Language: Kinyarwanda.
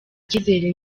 kizere